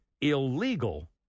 illegal